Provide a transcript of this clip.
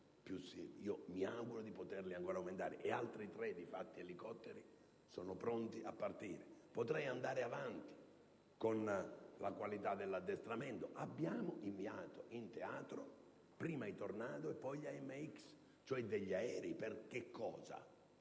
e mi auguro di poterlo ancora aumentare, e difatti altri tre elicotteri sono pronti a partire. Potrei andare avanti con la qualità dell'addestramento. Abbiamo inviato in teatro prima i Tornado e poi gli AMX, cioè degli aerei. Per che cosa?